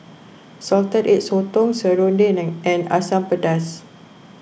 Salted Egg Sotong Serunding and Asam Pedas